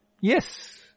Yes